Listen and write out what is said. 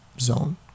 zone